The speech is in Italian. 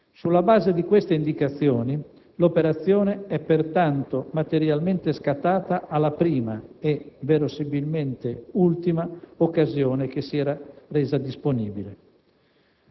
Sulla base di queste indicazioni, l'operazione è, pertanto, materialmente scattata alla prima - e, verosimilmente, ultima - occasione che si è resa disponibile.